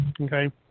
Okay